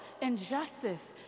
injustice